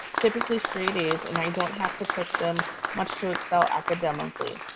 typically straight as and i don't have to push them much to excel academically.